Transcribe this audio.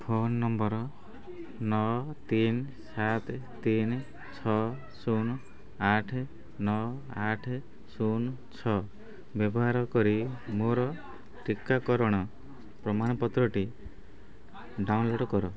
phone number ନଅ ତିନି ସାତ ତିନି ଛଅ ଶୂନ ଆଠ ନଅ ଆଠ ଶୂନ ଛଅ ବ୍ୟବହାର କରି ମୋର ଟିକାକରଣ ପ୍ରମାଣପତ୍ରଟି ଡାଉନଲୋଡ଼୍ କର